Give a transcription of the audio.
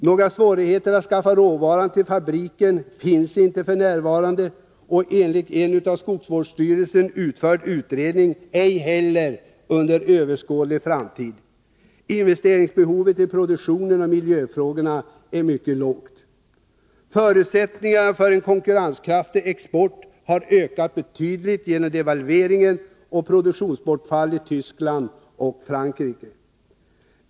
Några svårigheter att skaffa råvara till fabriken finns inte för närvarande och enligt en av skogsvårdsstyrelsen utförd utredning, ej heller under överskådlig framtid. Investeringsbehovet i produktionsoch miljöfrågor är mycket lågt. Förutsättningarna för en konkurrenskraftig export har ökat betydligt genom devalveringen och produktionsbortfall i Tyskland och Frankrike.